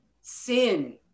sin